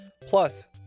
plus